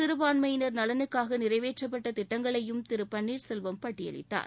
சிறுபான்மையினர் நலனுக்காக நிறைவேற்றப்பட்ட திட்டங்களையும் திரு பன்னீர்செல்வம் பட்டியலிட்டார்